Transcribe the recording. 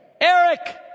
Eric